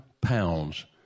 pounds